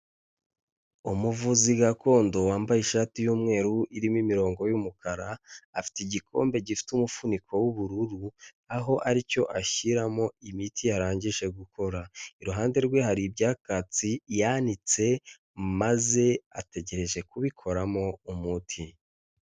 Umuvuzi gakondo wambaye ishati y'umweru irimo imirongo y'umukara afite igikombe gifite umufuniko w'ubururu aho ari cyo ashyiramo imiti yarangije gukora, iruhande rwe hari ibyakatsi yanitse maze ategereje kubikoramo umuti.